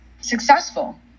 successful